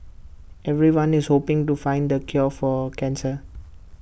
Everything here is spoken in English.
everyone is hoping to find the cure for cancer